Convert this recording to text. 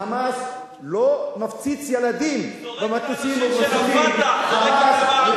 ה"חמאס" לא מפציץ ילדים במטוסים ובמסוקים.